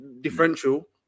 differential